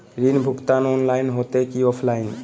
ऋण भुगतान ऑनलाइन होते की ऑफलाइन?